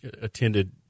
attended